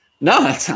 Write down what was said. No